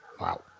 Wow